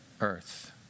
earth